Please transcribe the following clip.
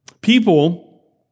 People